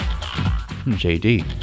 jd